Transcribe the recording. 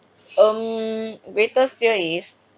um waiters here is